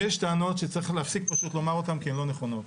יש טענות שצריך להפסיק פשוט לומר אותן כי הן לא נכונות.